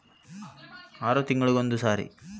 ಕೃಷಿ ಇಲಾಖೆಯಿಂದ ಎಷ್ಟು ತಿಂಗಳಿಗೆ ಒಂದುಸಾರಿ ಕೃಷಿ ಮೇಳ ನಡೆಸುತ್ತಾರೆ?